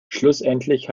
schlussendlich